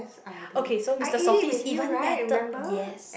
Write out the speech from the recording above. okay so Mister Softee is even better yes